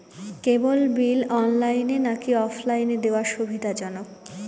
কেবল bill অনলাইনে নাকি অফলাইনে দেওয়া সুবিধাজনক?